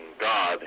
God